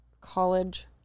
college